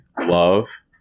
love